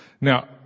Now